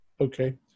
Okay